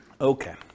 Okay